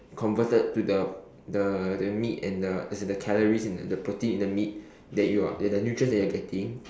converted to the the the meat and the as in the calories in the the protein in the meat that you are the the nutrients that you're getting